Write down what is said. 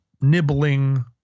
nibbling